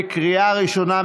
לקריאה ראשונה.